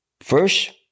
First